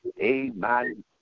amen